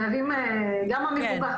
גם המפוקח,